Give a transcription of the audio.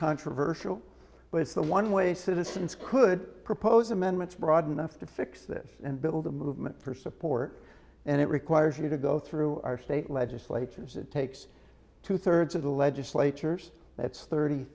controversial but it's the one way citizens could propose amendments broad enough to fix this and build a movement for support and it requires you to go through our state legislatures it takes two thirds of the legislatures that's thirty